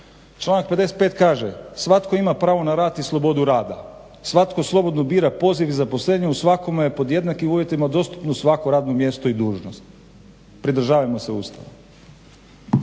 Članak 55. kaže: "Svatko ima pravo na rad i slobodu rada. Svatko slobodno bira poziv i zaposlenje. Svakome je pod jednakim uvjetima dostupno svako radno mjesto i dužnost." Pridržavajmo se Ustava.